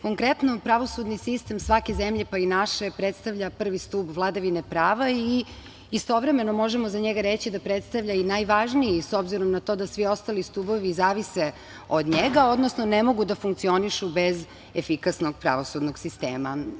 Konkretno, pravosudni sistem svake zemlje, pa i naše, predstavlja prvi stub vladavine prava i istovremeno možemo za njega reći da predstava i najvažniji, s obzirom na to da svi ostali stubovi zavise od njega, odnosno ne mogu da funkcionišu bez efikasnog pravosudnog sistema.